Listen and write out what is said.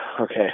okay